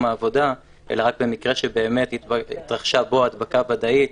העבודה אלא רק במקרה שבאמת התרחשה בו הדבקה ודאית,